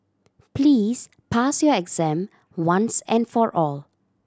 please pass your exam once and for all